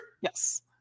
Yes